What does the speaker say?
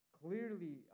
clearly